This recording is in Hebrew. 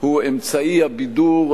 הוא אמצעי הבידור,